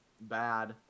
bad